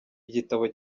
igitabo